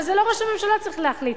אבל את זה לא ראש הממשלה צריך להחליט.